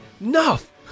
enough